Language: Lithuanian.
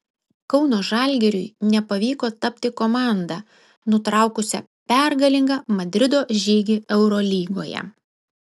kauno žalgiriui nepavyko tapti komanda nutraukusia pergalingą madrido žygį eurolygoje